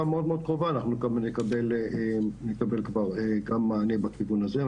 המאוד מאוד קרובה אנחנו גם נקבל כבר גם מענה בכיוון הזה.